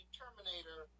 terminator